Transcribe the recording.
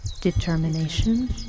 Determination